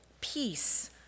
peace